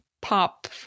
pop